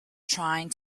trying